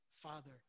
Father